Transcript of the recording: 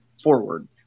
forward